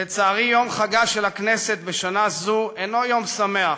לצערי, יום חגה של הכנסת בשנה זו אינו יום שמח.